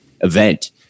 event